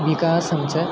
विकासं च